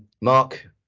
Mark